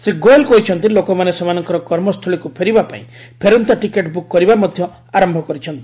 ଶ୍ରୀ ଗୋଏଲ କହିଛନ୍ତି ଲୋକମାନେ ସେମାନଙ୍କର କର୍ମସ୍ଥଳୀକୁ ଫେରିବା ପାଇଁ ଫେରନ୍ତା ଟିକେଟ୍ ବ୍ରକ୍ କରିବା ମଧ୍ୟ ଆରମ୍ଭ କରିଛନ୍ତି